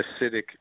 acidic